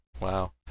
Wow